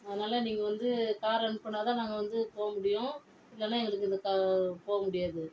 அதனால நீங்கள் வந்து காரை அனுப்பினாதான் நாங்கள் வந்து போக முடியும் இல்லைன்னா எங்களுக்கு இந்த கா போக முடியாது